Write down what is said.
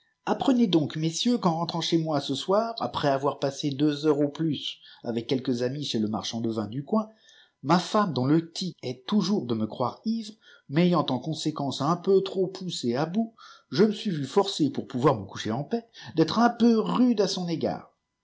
apprenez donc messieurs qu'en rentrant chez moi ce soir après avoir passé deux heures au plus chez le marchand de viii du coin ma femrne qui me croit toujours ivre m'ayaiit trop poussé à bout je me suis vu forcé pour pouvoir me coucher en paix d'être un peu rude à son égard